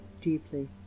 Deeply